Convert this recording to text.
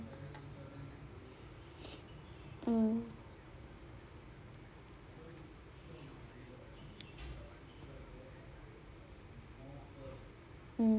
mm mm